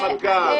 רמת גן